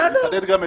בסדר.